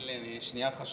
תאמין לי, אני לשנייה חששתי.